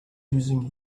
using